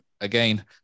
again